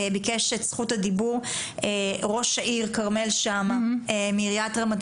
ביקש את זכות הדיבור ראש העיר כרמל שאמה מעיריית רמת